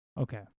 Okay